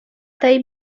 tej